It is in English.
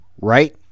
right